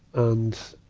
and,